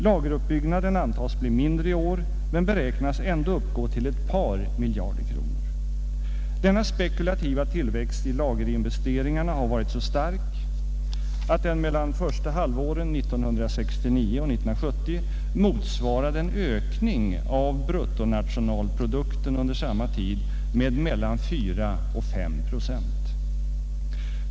Lageruppbyggnaden antas bli mindre i år, men den beräknas ändå uppgå till ett par miljarder kronor. Denna spekulativa tillväxt i lagerinvesteringarna har varit så stark att den mellan första halvåret 1969 och första halvåret 1970 motsvarar en ökning av bruttonationalprodukten under samma tid med mellan 4 och 5 procent.